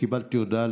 קיבלתי הודעה,